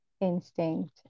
instinct